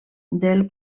del